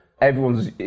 Everyone's